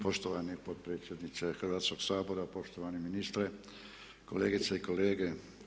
Poštovani potpredsjedniče Hrvatskoga, poštovani ministre, kolegice i kolege.